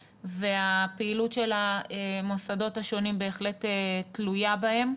והפעילות של המוסדות השונים בהחלט תלויה בהם.